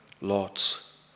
Lot's